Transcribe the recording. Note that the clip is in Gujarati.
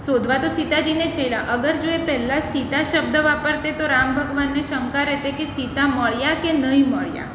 શોધવા તો સીતાજીને જ ગયેલા અગર જો એ પહેલાં સીતા શબ્દ વાપરતા તે તો રામ ભગવાનને શંકા રહેતી કે સીતા મળ્યા કે નહીં મળ્યા